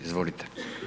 Izvolite.